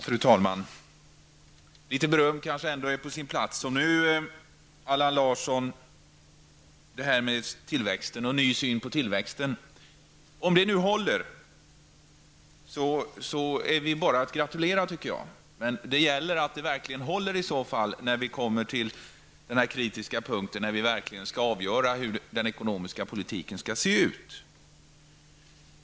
Fru talman! Litet beröm kanske ändå är på sin plats. Om den nya synen på tillväxten håller, Allan Larsson, är vi bara att gratulera, tycker jag. Men det gäller att den verkligen håller när vi kommer till den kritiska punkten att vi skall avgöra hur den ekonomiska politiken skall se ut.